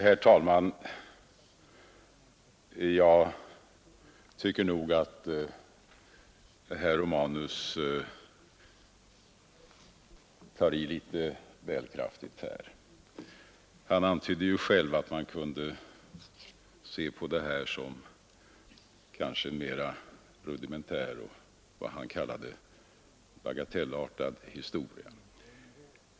Herr talman! Jag tycker nog att herr Romanus tar i litet väl kraftigt. Han antydde ju själv att man kunde se på det här som en mera rudimentär och vad han kallade bagatellartad historia.